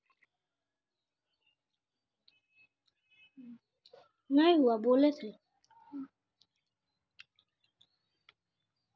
ब्लॉकत किरा मरवार दवा मुफ्तत मिल छेक